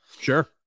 Sure